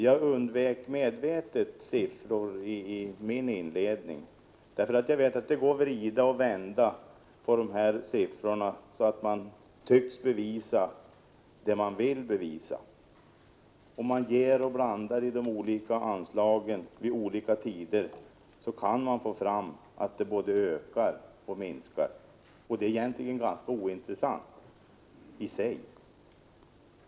Jag undvek medvetet siffror i mitt inledningsanförande, för jag vet att det går att vrida och vända på siffror, så att man tycks bevisa det man vill bevisa. Om man ger och blandar i de olika anslagen vid olika tider, kan man få fram att de både ökar och minskar. Det är egentligen ganska ointressant i sig.